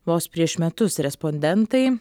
vos prieš metus respondentai